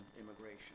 immigration